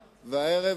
והערב,